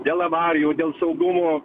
dėl avarijų dėl saugumo